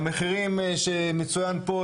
המחירים שמצוין פה,